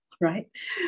Right